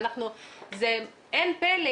אין פלא,